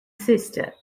sister